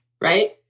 right